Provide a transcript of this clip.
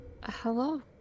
hello